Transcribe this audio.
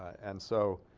and so